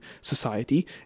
society